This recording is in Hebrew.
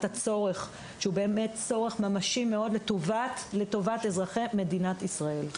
הצורך שהוא באמת צורך ממשי מאוד לטובת אזרחי מדינת ישראל.